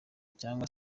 cyangwa